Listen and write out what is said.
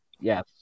yes